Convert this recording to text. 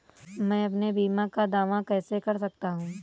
मैं अपने बीमा का दावा कैसे कर सकता हूँ?